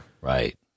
Right